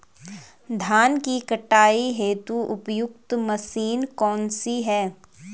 धान की कटाई हेतु उपयुक्त मशीन कौनसी है?